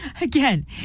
Again